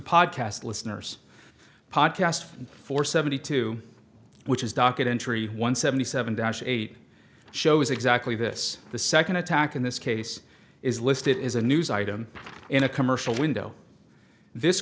podcast listeners podcast for seventy two which is documentary one seventy seven dash eight shows exactly this the second attack in this case is listed as a news item in a commercial window this